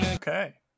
Okay